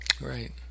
Right